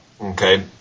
Okay